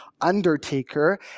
Undertaker